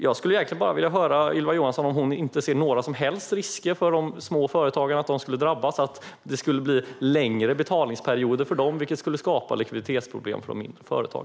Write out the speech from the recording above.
Jag vill egentligen bara höra om Ylva Johansson inte ser några som helst risker att de små företagen drabbas genom att det blir längre betalperioder för dem, vilket skulle skapa likviditetsproblem för dessa företag.